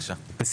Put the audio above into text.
הצבעה לא אושר.